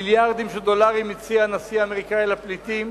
מיליארדים של דולרים הציע הנשיא האמריקאי לפליטים,